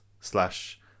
slash